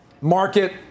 market